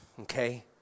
okay